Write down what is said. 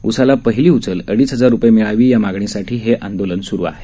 ऊसाला पहिली उचल अडीच हजार रुपये मिळावी या मागणीसाठी हे आंदोलन सुरू आहे